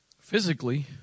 physically